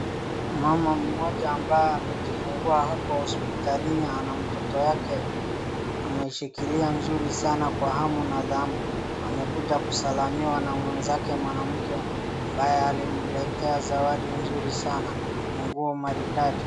Mama mmoja ambaye amejifungua hapa hospitalini ana mtoto yake ameshikiria mzuri sana kwa hamu na ghamu. Amekuja kusalamiwa na mwenzake mwanamke amaye alimletea zawadi mzuri sana. Ni nguo maridadi.